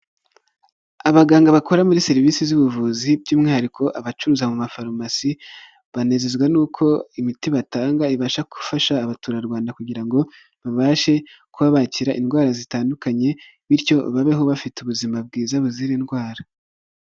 Abaganga bakora muri serivisi z'ubuvuzi by'umwihariko abacuruza mu mafarumasi ,banezezwa nuko imiti batanga ibasha gufasha abaturarwanda kugira ngo babashe kuba bakira indwara zitandukanye. Bityo babeho bafite ubuzima bwiza bazira indwara.